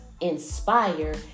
inspire